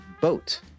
boat